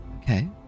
Okay